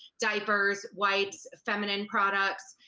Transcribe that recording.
diapers, wipes, feminine products,